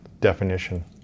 definition